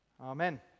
amen